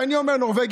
כי אני אומר שנורבגי,